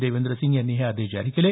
देवेंद्र सिंह यांनी हे आदेश जारी केले